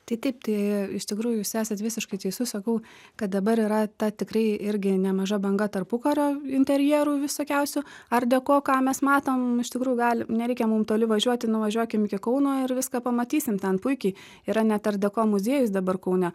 tai taip tai iš tikrųjų jūs esat visiškai teisus sakau kad dabar yra ta tikrai irgi nemaža banga tarpukario interjerų visokiausių art deco ką mes matom iš tikrųjų gal nereikia mum toli važiuoti nuvažiuokim iki kauno ir viską pamatysim ten puikiai yra net art deco muziejus dabar kaune